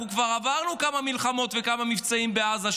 אנחנו כבר עברנו כמה מלחמות וכמה מבצעים בעזה,